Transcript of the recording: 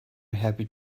happy